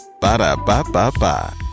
Ba-da-ba-ba-ba